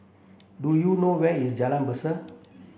do you know where is Jalan Besar